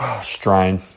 strain